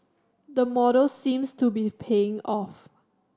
the model seems to be paying off